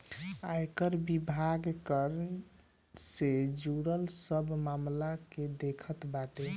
आयकर विभाग कर से जुड़ल सब मामला के देखत बाटे